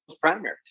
primaries